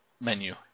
menu